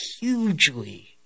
hugely